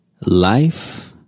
Life